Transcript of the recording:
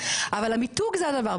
אבל המיתוג זה הדבר,